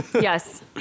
Yes